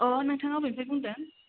अ नोंथाङा अबेनिफ्राय बुंदों